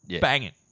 banging